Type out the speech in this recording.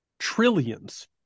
trillions